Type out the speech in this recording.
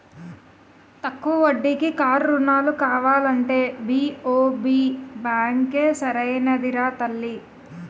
తక్కువ వడ్డీకి కారు రుణాలు కావాలంటే బి.ఓ.బి బాంకే సరైనదిరా తల్లీ